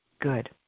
Good